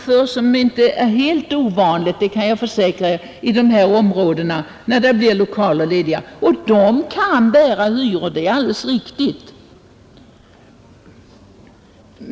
Där blir kanske en spelhåla — det är inte helt ovanligt i de här områdena, det kan jag försäkra. Dessa lokaler kan bära hyror; det är alldeles riktigt.